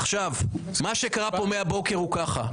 מה שקרה פה מהבוקר הוא כך,